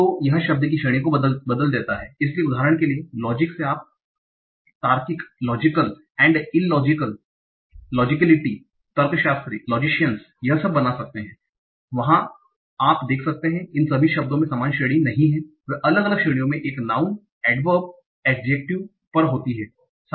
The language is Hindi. तो यह शब्द की श्रेणी को बदल देता है इसलिए उदाहरण के लिए लॉजिक से आप तार्किक logical logical and illogical illogical अतार्किक logicality लोजीकलिटी तार्किकता तर्कशास्त्री logician लोजीशियन वह सब बना सकते हैं वहां आप देख सकते हैं कि इन सभी शब्दों में समान श्रेणी नहीं है वे अलग श्रेणियां मे एक नाउँन noun संज्ञा अड्वर्ब adverb क्रिया विशेषण और एड्जेक्टिव adjective विशेषण पर होती हैं